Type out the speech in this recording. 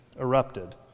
erupted